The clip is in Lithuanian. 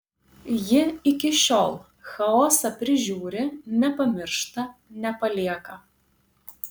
ji iki šiol chaosą prižiūri nepamiršta nepalieka